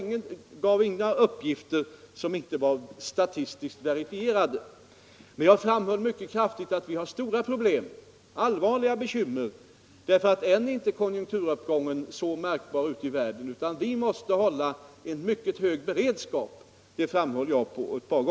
Jag gav inga uppgifter som inte var statistiskt verifierade. Jag underströk mycket kraftigt att vi har stora problem och allvarliga bekymmer därför att konjunkturuppgången ännu inte är så märkbar ute i världen. Jag framhöll också att vi måste hålla en mycket hög beredskap.